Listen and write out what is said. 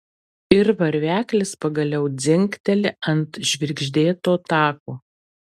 ir varveklis pagaliau dzingteli ant žvirgždėto tako